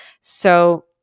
So-